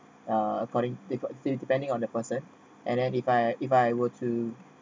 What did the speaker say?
according uh depending on the person and if I if I were to